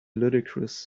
ludicrous